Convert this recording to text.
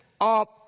up